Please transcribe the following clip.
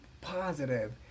positive